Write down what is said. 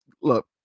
Look